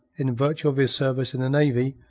in virtue of his service in the navy,